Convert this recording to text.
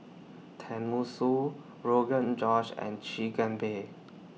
Tenmusu Rogan Josh and Chigenabe